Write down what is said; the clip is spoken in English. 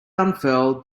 unfurled